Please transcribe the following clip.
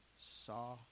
saw